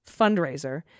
fundraiser